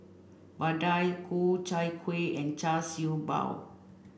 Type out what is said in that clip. Vadai Ku Chai Kuih and Char Siew Bao